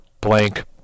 blank